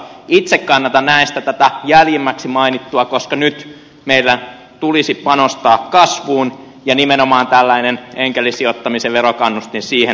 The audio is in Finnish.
itse kannatan näistä tätä jäljimmäksi mainittua koska nyt meillä tulisi panostaa kasvuun ja nimenomaan tällainen enkelisijoittamisen verokannustin siihen kannustaisi